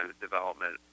development